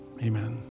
amen